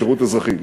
שירות אזרחי,